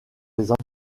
les